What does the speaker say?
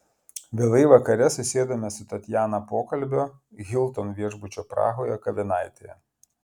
vėlai vakare susėdame su tatjana pokalbio hilton viešbučio prahoje kavinaitėje